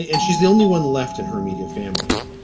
and she's the only one left in her immediate family.